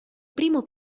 primo